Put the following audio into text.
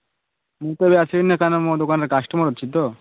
ମୁଁ ତ ଏବେ ଆସିବିନି କାରଣ ମୋ ଦୋକାନରେ କଷ୍ଟମର୍ ଅଛି ତ